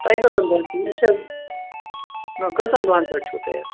تۄہہِ کٔژن دۄہن چھُو یہِ یہِ چھا نَہ کٔژن دۄہن پٮ۪ٹھ چھُو تۄہہِ حظ